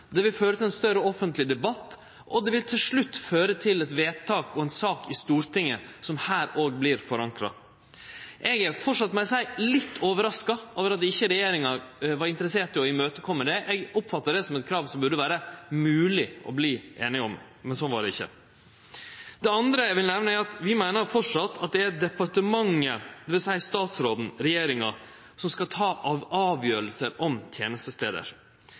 Det vil føre til ein større offentleg debatt, og det vil til slutt føre til eit vedtak og ei sak i Stortinget – som også blir forankra her. Eg må seie at eg framleis er litt overraska over at regjeringa ikkje var interessert i å kome dette i møte. Eg oppfattar det som eit krav det burde vere mogleg å verte einige om. Men slik var det ikkje. Det andre eg vil nemne, er at vi framleis meiner det er departementet – det vil seie statsråden, regjeringa – som skal ta avgjerder om tenestestader.